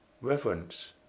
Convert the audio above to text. reverence